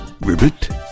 Ribbit